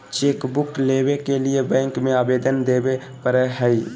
chequebook लेबे के लिए बैंक में अबेदन देबे परेय हइ